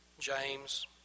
James